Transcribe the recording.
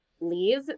leave